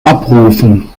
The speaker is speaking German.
abrufen